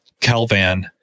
Calvan